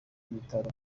bitaro